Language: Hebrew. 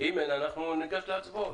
אם אין, אנחנו ניגש להצבעות.